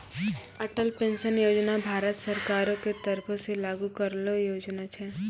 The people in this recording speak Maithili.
अटल पेंशन योजना भारत सरकारो के तरफो से लागू करलो योजना छै